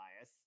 bias